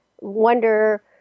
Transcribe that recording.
wonder